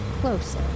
closer